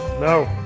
No